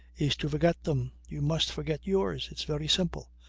is to forget them. you must forget yours. it's very simple.